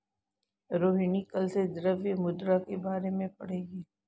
रोहिणी कल से द्रव्य मुद्रा के बारे में पढ़ेगी